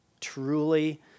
truly